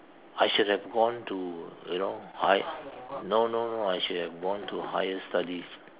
I should have gone to you know high no no no I should have gone to higher studies